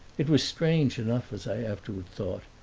it was strange enough, as i afterward thought,